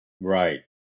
Right